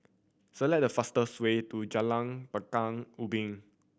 select the fastest way to Jalan Pekan Ubin